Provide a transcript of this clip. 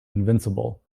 invincible